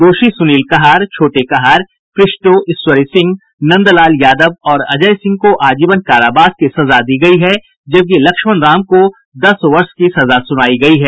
दोषी सुनील कहार छोटे कहार क्रिस्टो ईश्वरी सिंह नंदलाल यादव और अजय सिंह को आजीवन कारावास की सजा दी गयी है जबकि लक्ष्मण राम को दस वर्ष की सजा सुनायी गयी है